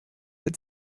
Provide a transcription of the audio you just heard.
had